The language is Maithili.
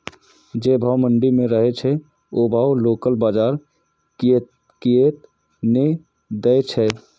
जे भाव मंडी में रहे छै ओ भाव लोकल बजार कीयेक ने दै छै?